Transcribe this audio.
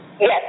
Yes